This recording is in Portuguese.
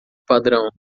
padrão